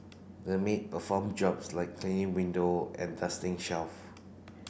the maid perform jobs like cleaning window and dusting shelf